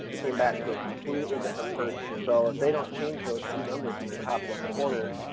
came back to a completely different person. so if they don't change those two numbers in the top left corner,